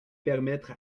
permettre